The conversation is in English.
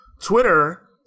Twitter